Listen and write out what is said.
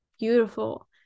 beautiful